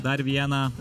dar vieną